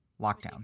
lockdown